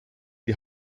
die